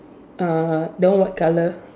uh that one white colour